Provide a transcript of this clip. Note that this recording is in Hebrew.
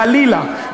חלילה,